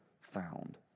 found